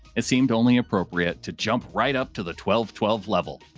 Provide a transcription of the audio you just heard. it seemed only appropriate to jump right up to the twelve, twelve level.